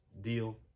deal